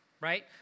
right